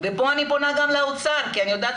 ופה אני פונה גם לאוצר כי אני יודעת